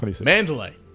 Mandalay